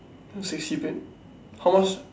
sixty plate how much